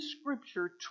Scripture